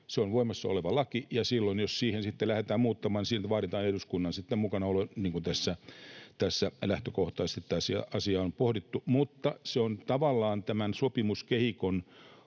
Se on voimassa oleva laki, ja silloin, jos sitä sitten lähdetään muuttamaan, siihen vaaditaan eduskunnan mukanaolo, niin kuin tässä lähtökohtaisesti tämä asia on pohdittu, mutta se on tavallaan tämän sopimuskehikon